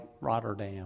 Rotterdam